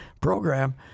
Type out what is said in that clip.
program